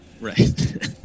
right